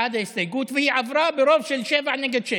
והיא עברה ברוב של שבעה נגד שישה.